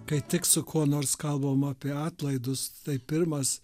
kai tik su kuo nors kalbam apie atlaidus tai pirmas